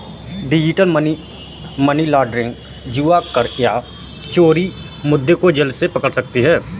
digital money laundering, जुआ या कर चोरी मुद्दे को जल्दी से पकड़ सकती है